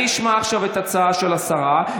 אני אשמע עכשיו את ההצעה של השרה,